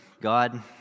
God